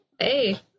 hey